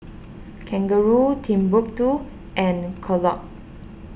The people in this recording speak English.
Kangaroo Timbuk two and Kellogg